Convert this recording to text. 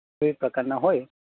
એ પ્રકારના હોય